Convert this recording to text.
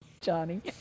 Johnny